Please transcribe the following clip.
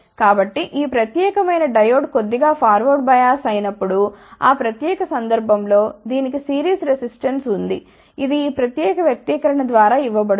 కాబట్టి ఈ ప్రత్యేకమైన డయోడ్ కొద్దిగా ఫార్వార్డ్ బయాస్ అయినప్పుడు ఆ ప్రత్యేక సందర్భం లో దీనికి సిరీస్ రెసిస్టెన్స్ ఉంది ఇది ఈ ప్రత్యేక వ్యక్తీకరణ ద్వారా ఇవ్వబడుతుంది